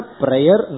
prayer